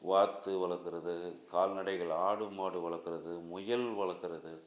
வாத்து வளக்கிறது கால்நடைகள் ஆடு மாடு வளக்கிறது முயல் வளக்கிறது